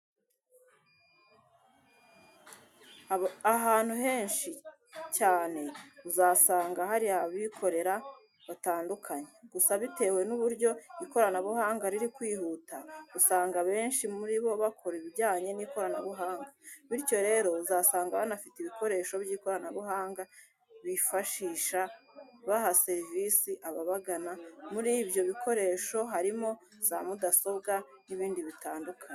Ahantu henshi cyane uzasanga hari abikorera batandukanye, gusa bitewe n'uburyo ikoranabuhanga riri kwihuta usanga abenshi muri bo bakora ibijyanye n'ikoranabuhanga. Bityo rero uzasanga banafite ibikoresho by'ikoranabuhanga bifashisha baha serivisi ababagana, muri ibyo bikoresho harimo za mudasobwa n'ibindi bitandukanye.